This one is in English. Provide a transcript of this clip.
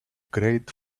great